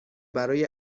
برای